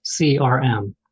CRM